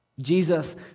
Jesus